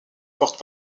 porte